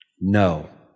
No